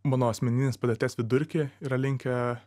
mano asmeninės padėties vidurkį yra linkę